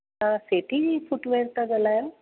तव्हां सेठी फुटवियर था ॻाल्हायो